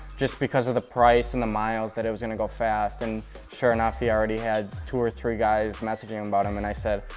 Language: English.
just because of the price and the miles, that it was going to go fast. and sure enough, he already had two or three guys messaging him about it um and i said,